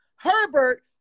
Herbert